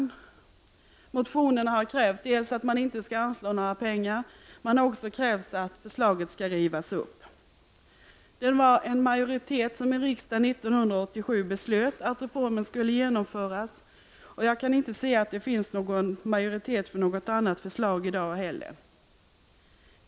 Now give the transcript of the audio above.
I motionerna har krävts dels att några medel inte skall anvisas, dels att beslutet om omorganisationen skall rivas upp. En majoritet i riksdagen beslöt 1987 att reformen skulle genomföras, och jag kan inte se att det finns majoritet för någon annan uppfattning i dag heller.